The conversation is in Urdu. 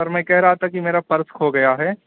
سر میں کہہ رہا تھا کہ میرا پرس کھو گیا ہے